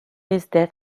risquent